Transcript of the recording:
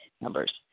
numbers